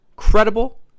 Credible